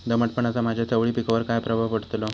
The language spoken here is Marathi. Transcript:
दमटपणाचा माझ्या चवळी पिकावर काय प्रभाव पडतलो?